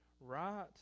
right